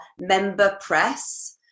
MemberPress